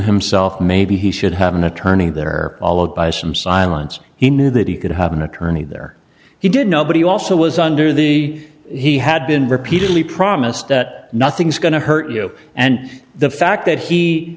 himself maybe he should have an attorney there all of them silence he knew that he could have an attorney there he did nobody also was under the he had been repeatedly promised that nothing's going to hurt you and the fact that he